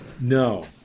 No